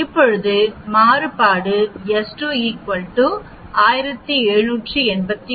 இப்போது மாறுபாடு s2 1789